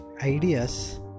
ideas